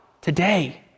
today